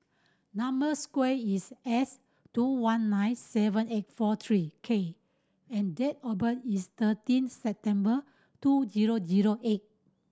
number square is S two one nine seven eight four three K and date of birth is thirteen September two zero zero eight